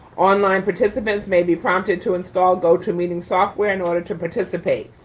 online participants may be prompted to install, goto meeting software in order to participate.